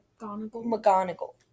McGonagall